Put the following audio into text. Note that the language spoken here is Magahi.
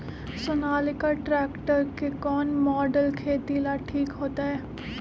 सोनालिका ट्रेक्टर के कौन मॉडल खेती ला ठीक होतै?